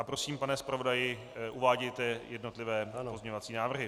Prosím, pane zpravodaji, uvádějte jednotlivé pozměňovací návrhy.